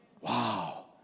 Wow